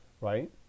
right